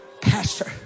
pastor